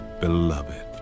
Beloved